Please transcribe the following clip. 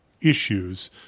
issues